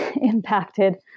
impacted